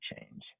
change